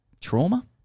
trauma